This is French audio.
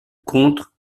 contre